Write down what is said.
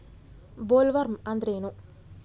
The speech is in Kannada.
ಬೊಲ್ವರ್ಮ್ ಅಂದ್ರೇನು?